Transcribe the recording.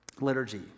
Liturgy